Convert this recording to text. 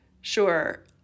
Sure